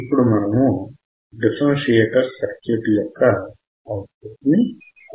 ఇప్పుడు మనం differentiator output ని కొలుద్దాము